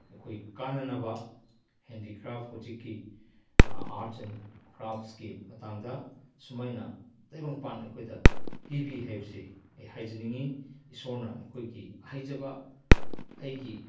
ꯑꯩꯈꯣꯏ ꯀꯥꯟꯅꯅꯕ ꯍꯦꯟꯗꯤꯀ꯭ꯔꯥꯐ ꯍꯧꯖꯤꯛꯀꯤ ꯑꯥꯔꯠꯁ ꯑꯦꯟ ꯀ꯭ꯔꯥꯐꯁꯀꯤ ꯃꯇꯥꯡꯗ ꯁꯨꯃꯥꯏꯅ ꯇꯥꯏꯕꯪꯄꯥꯟ ꯑꯩꯈꯣꯏꯗ ꯄꯤꯕꯤ ꯍꯥꯏꯕꯁꯦ ꯑꯩ ꯍꯥꯏꯖꯅꯤꯡꯏ ꯏꯁꯣꯔꯅ ꯑꯩꯈꯣꯏꯒꯤ ꯍꯩꯖꯕ ꯑꯩꯒꯤ